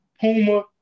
Puma